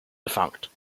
defunct